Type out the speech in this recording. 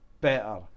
better